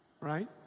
right